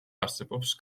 არსებობს